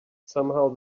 somehow